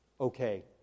okay